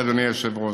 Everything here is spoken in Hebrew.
אדוני היושב-ראש,